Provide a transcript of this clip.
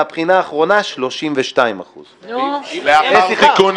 והבחינה האחרונה 32% ------- סליחה,